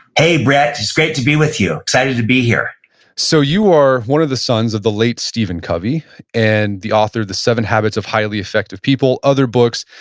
hey, brett, it's great to be with you, excited to be here so, you are one of the sons of the late stephen covey and the author of the seven habits of highly effective people, other books.